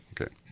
Okay